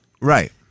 Right